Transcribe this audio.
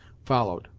followed.